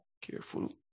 Careful